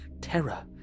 terror